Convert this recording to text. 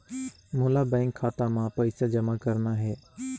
मोला बैंक खाता मां पइसा जमा करना हे?